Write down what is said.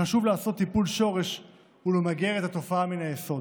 חשוב לעשות טיפול שורש ולמגר את התופעה מן היסוד.